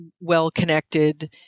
well-connected